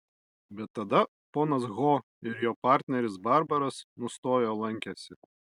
bet tada ponas ho ir jo partneris barbaras nustojo lankęsi